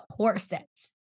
Corsets